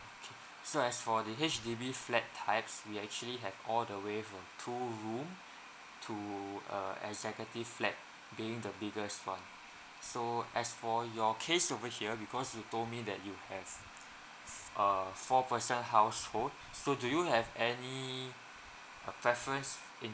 okay so as for the H_D_B flat types we actually have all the way from two room to err executive flat being the biggest one so as for your case over here because you told me that you have uh four person household so do you have any uh preference in